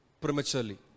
prematurely